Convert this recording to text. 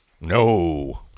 no